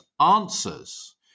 answers